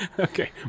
Okay